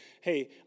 hey